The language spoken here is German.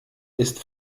ist